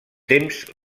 temps